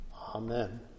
Amen